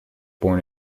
born